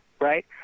right